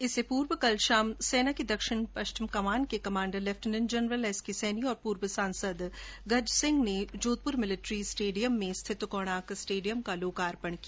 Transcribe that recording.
इससे पूर्व कल शाम आर्मी की दक्षिण कमान के कमाण्डर ले जनरल एसके सैनी और पूर्व सांसद गज सिंह ने जोधपुर मिलिट्री स्टेडियम में स्थित कोणार्क स्टेडियम का लोकार्पण किया